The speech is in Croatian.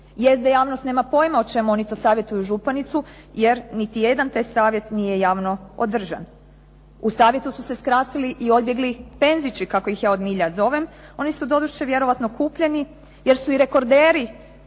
Jest da javnost nema pojma o čemu oni to savjetuju županicu jer niti jedan taj savjet nije javno održan. U savjetu su se skrasili i odbjegli "penzići" kako ih ja od milja zovem. Oni su doduše vjerojatno kupljeni jer su i rekorderi